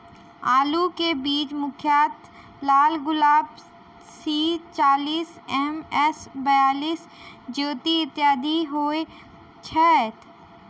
आलु केँ बीज मुख्यतः लालगुलाब, सी चालीस, एम.एस बयालिस, ज्योति, इत्यादि होए छैथ?